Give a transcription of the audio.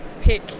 pick